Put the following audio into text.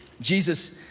Jesus